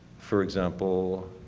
for example,